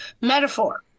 Metaphor